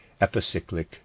epicyclic